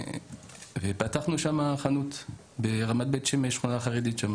פתחנו שם חנות ברמת בית שמש, שכונה חרדית.